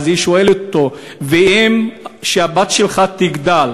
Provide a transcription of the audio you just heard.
אז היא שואלת אותו: ואם כשהבת שלך תגדל